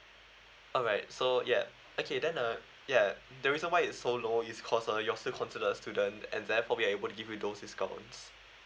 alright so ya okay then uh ya the reason why it's so low is because uh you're still considered a student and therefore we are able to give you those discounts